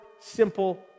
simple